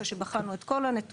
אחרי שבחנו את כל הנתונים,